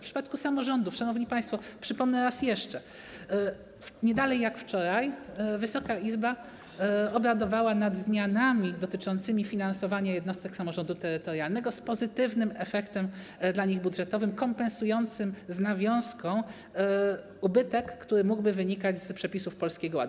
Jeśli chodzi o samorządy, szanowni państwo, to przypomnę raz jeszcze, że nie dalej jak wczoraj Wysoka Izba obradowała nad zmianami dotyczącymi finansowania jednostek samorządu terytorialnego z pozytywnym dla nich efektem budżetowym, kompensującym z nawiązką ubytek, który mógłby wynikać z przepisów Polskiego Ładu.